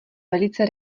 velice